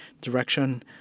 direction